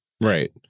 right